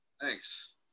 Thanks